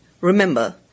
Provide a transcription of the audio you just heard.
Remember